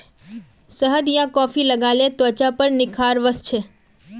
शहद आर कॉफी लगाले त्वचार पर निखार वस छे